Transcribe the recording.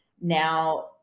now